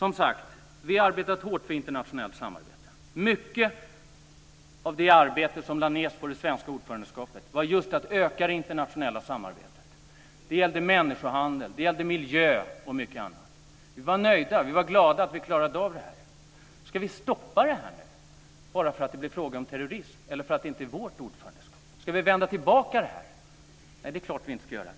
Vi har som sagt arbetat hårt för internationellt samarbete. Mycket av det arbete som lades ned under det svenska ordförandeskapet gällde just att öka det internationella samarbetet. Det gällde människohandel, miljö och mycket annat. Vi var nöjda och glada över att vi klarade det. Ska vi stoppa förslaget nu bara därför att det har blivit en fråga om terrorism eller därför att Sverige inte längre är ordförande? Ska vi vända tillbaka? Nej, det är klart att vi inte ska göra.